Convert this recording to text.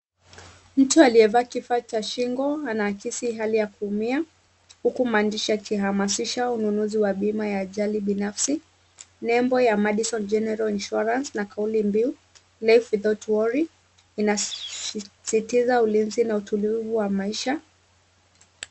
Mtu aliyevaa kifaa cha shingo anaakisi hali ya kuumia huku maandishi yakihamasisha ununuzi wa bima ya ajali binafsi. Nembo ya Madison General Insurance na kauli mbiu, life without worry inasisitiza ulinzi na utulivu wa maisha.